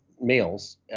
males